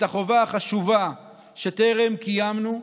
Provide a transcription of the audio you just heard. את החובה החשובה שטרם קיימנו,